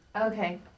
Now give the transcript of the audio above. Okay